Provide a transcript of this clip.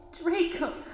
Draco